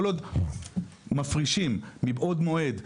כל עוד מפרישים מבעוד מועד,